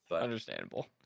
Understandable